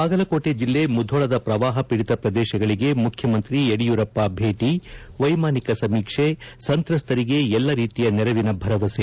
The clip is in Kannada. ಬಾಗಲಕೋಟೆ ಜಿಲ್ಲೆ ಮುಧೋಳದ ಪ್ರವಾಹ ಪೀಡಿತ ಪ್ರದೇಶಗಳಿಗೆ ಮುಖ್ಯಮಂತ್ರಿ ಯಡಿಯೂರಪ್ಪ ಭೇಟಿ ವೈಮಾನಿಕ ಸಮೀಕ್ಷೆ ಸಂತ್ರಸ್ತರಿಗೆ ಎಲ್ಲಾ ರೀತಿಯ ನೆರವಿನ ಭರವಸೆ